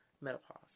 menopause